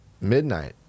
midnight